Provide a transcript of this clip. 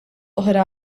oħra